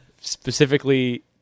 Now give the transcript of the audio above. specifically